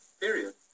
Period